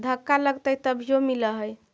धक्का लगतय तभीयो मिल है?